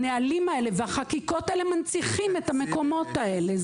הנהלים האלה והחקיקות האלה מנציחים את המקומות האלה.